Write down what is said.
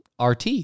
RT